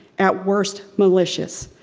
at worst malicious.